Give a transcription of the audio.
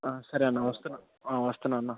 సరే అన్నా వస్తున్న వస్తున్న అన్నా